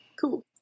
Cool